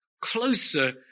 closer